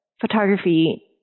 photography